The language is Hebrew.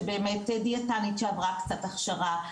באמת שדיאטנית שעברה קצת הכשרה,